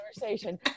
conversation